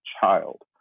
child